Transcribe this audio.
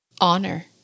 honor